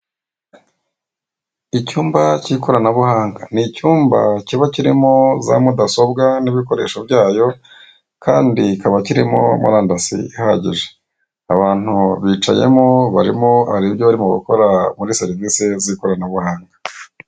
Icyumba k'ikoranabuhanga ni icyumba kiba kirimo za mudasobwa n'ibikoresho byayo kandi kikaba kirimo murandasi ihagije. Abantu bicayemo barimo hari ibyo barimo bakora muri serivise z'ikoranabuhanga.